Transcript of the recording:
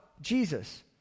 Jesus